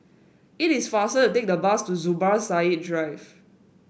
it is faster to take the bus to Zubir Said Drive